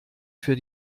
für